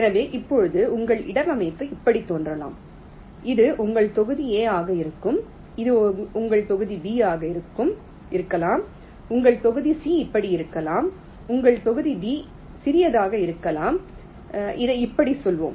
எனவே இப்போது உங்கள் இடவமைவு இப்படித் தோன்றலாம் இது உங்கள் தொகுதி A ஆக இருக்கும் இது உங்கள் தொகுதி B ஆக இருக்கலாம் உங்கள் தொகுதி C இப்படி இருக்கலாம் உங்கள் தொகுதி D சிறியதாக இருக்கலாம் இதை இப்படிச் சொல்வோம்